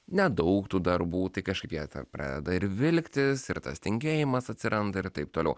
nedaug tų darbų tai kažkaip jie pradeda ir vilktis ir tas tingėjimas atsiranda ir taip toliau